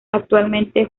actualmente